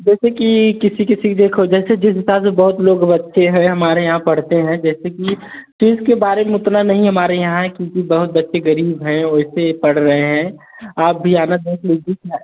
जैसे कि किसी किसी को देखो जैसे जिस हिसाब से बहुत लोग बच्चे हैं हमारे यहाँ पढ़ते हैं जैसे कि टिस्स के बारे उतना नहीं हमारे यहाँ है क्योंकि बहुत बच्चे ग़रीब हैं वैसे से पढ़ रहे हैं आप भी आना देख लीजिए क्या है